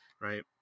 Right